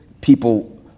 People